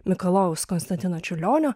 mikalojaus konstantino čiurlionio